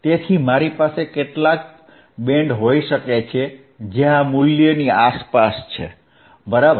તેથી મારી પાસે કેટલાક બેન્ડ હોઈ શકે છે જે આ મૂલ્યની આસપાસ છે બરાબર